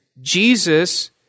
Jesus